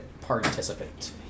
participant